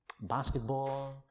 basketball